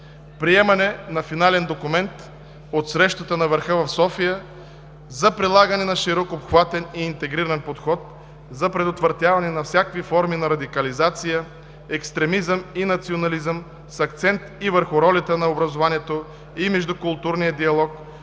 приемане на финален документ от срещата на върха в София за прилагане на широко обхватен и интегриран подход за предотвратяване на всякакви форми на радикализация, екстремизъм и национализъм с акцент и върху ролята на образованието, и междукултурния диалог,